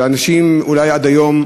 שאנשים עד היום